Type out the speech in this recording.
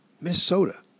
Minnesota